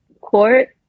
court